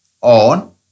on